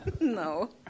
No